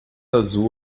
azul